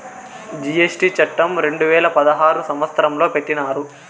GST చట్టం రెండు వేల పదహారు సంవత్సరంలో పెట్టినారు